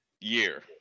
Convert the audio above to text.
year